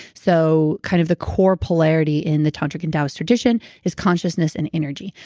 so kind of the core polarity in the tantric and taoist tradition is consciousness and energy.